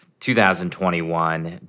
2021